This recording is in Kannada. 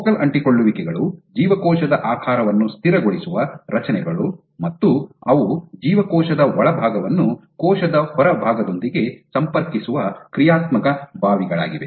ಫೋಕಲ್ ಅಂಟಿಕೊಳ್ಳುವಿಕೆಗಳು ಜೀವಕೋಶದ ಆಕಾರವನ್ನು ಸ್ಥಿರಗೊಳಿಸುವ ರಚನೆಗಳು ಮತ್ತು ಅವು ಜೀವಕೋಶದ ಒಳಭಾಗವನ್ನು ಕೋಶದ ಹೊರಭಾಗದೊಂದಿಗೆ ಸಂಪರ್ಕಿಸುವ ಕ್ರಿಯಾತ್ಮಕ ಬಾವಿಗಳಾಗಿವೆ